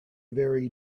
very